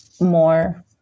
more